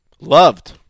Loved